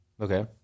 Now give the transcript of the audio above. Okay